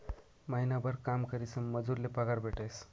महिनाभर काम करीसन मजूर ले पगार भेटेस